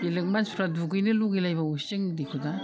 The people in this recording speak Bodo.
बेलेकनि मानसिफ्रा दुगैनो लुबै लायबावोसो जोंनि दैखौ दा